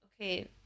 Okay